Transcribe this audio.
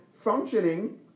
functioning